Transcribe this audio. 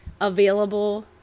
available